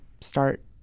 start